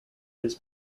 his